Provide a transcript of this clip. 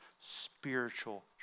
spiritual